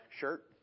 shirt